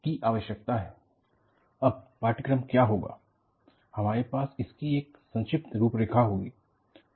list of chapter and the concept that would be covered in the course अब पाठ्यक्रम क्या होगा हमारे पास इसकी एक संक्षिप्त रूपरेखा होगी